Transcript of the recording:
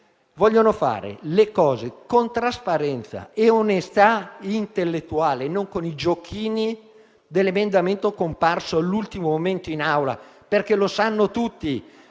occorre fare le cose con trasparenza e onestà intellettuale e non con i giochini dell'emendamento comparso all'ultimo momento in Aula. Infatti, tutti